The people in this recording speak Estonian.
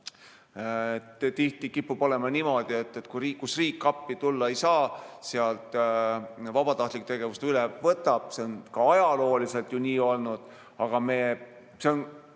tihti kipub olema niimoodi: kus riik appi tulla ei saa, seal vabatahtlik tegevus üle võtab. See on küll ajalooliselt nii olnud, aga see